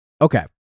Okay